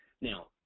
Now